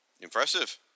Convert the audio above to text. Impressive